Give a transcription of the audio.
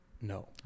no